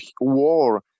war